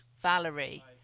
Valerie